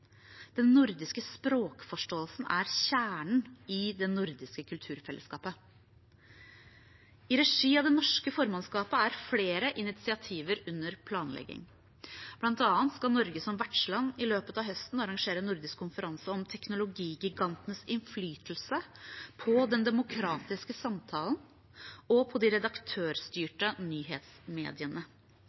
Den nordiske språkforståelsen er kjernen i det nordiske kulturfellesskapet. I regi av det norske formannskapet er flere initiativer under planlegging. Blant annet skal Norge som vertsland i løpet av høsten arrangere en nordisk konferanse om teknologigigantenes innflytelse på den demokratiske samtalen og på de redaktørstyrte nyhetsmediene.